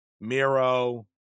Miro